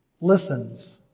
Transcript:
listens